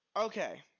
Okay